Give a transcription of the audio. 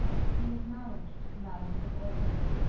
to be acknowledg'd, madam, is o'erpaid.